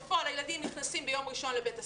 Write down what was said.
בפועל הילדים נכנסים ביום ראשון לבית הספר,